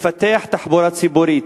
לפתח תחבורה ציבורית,